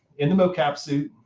in the mocap suit.